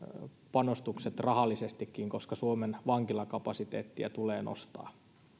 panostukset rahallisestikin koska suomen vankilakapasiteettia tulee nostaa